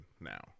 now